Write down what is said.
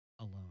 alone